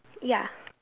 ya